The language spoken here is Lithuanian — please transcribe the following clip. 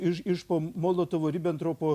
iš iš po molotovo ribentropo